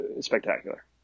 spectacular